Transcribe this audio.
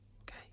Okay